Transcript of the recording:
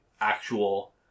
actual